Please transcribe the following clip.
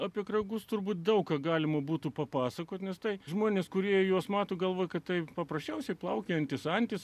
apie kragus turbūt daug ką galima būtų papasakoti nes tai žmonės kurie juos mato galvoja kad tai paprasčiausiai plaukiojantys antys